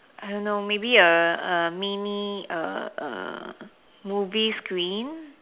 I don't know maybe a a mini a a movie screen